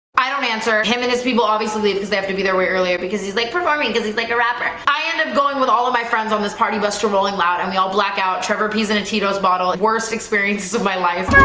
i don't answer him and his people obviously because they have to be there way earlier because he's like performing because he's like a rapper i end up going with all of my friends on this party bus trolling loud and we all black out trevor peas in a cheetos bottle worst experiences of my life